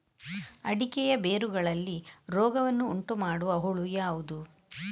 ಅಡಿಕೆಯ ಬೇರುಗಳಲ್ಲಿ ರೋಗವನ್ನು ಉಂಟುಮಾಡುವ ಹುಳು ಯಾವುದು?